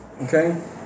Okay